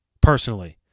personally